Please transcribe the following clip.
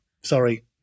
sorry